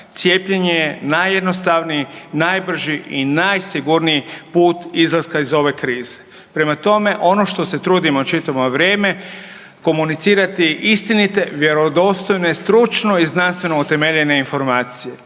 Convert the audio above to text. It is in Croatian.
Cijepljenje je najjednostavniji, najbrži i najsigurniji put izlaska iz ove krize. Prema tome, ono što se trudimo čitavo vrijeme komunicirati istinite, vjerodostojne, stručno i znanstveno utemeljene informacije